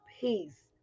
peace